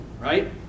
Right